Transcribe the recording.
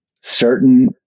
certain